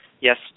Yes